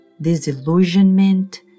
disillusionment